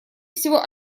всего